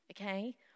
Okay